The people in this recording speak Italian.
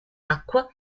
acqua